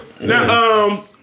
Now